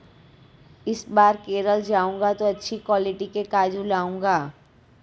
इस बार केरल जाऊंगा तो अच्छी क्वालिटी के काजू लाऊंगा